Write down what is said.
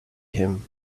him